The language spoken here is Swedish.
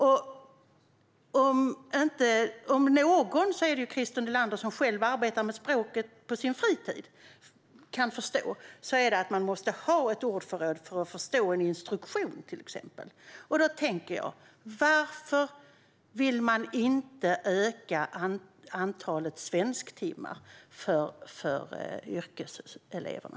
Christer Nylander om någon, som själv arbetar med språket på sin fritid, kan förstå att man måste ha ett gott ordförråd för att förstå till exempel en instruktion. Varför vill ni inte öka antalet undervisningstimmar i svenska för yrkeseleverna?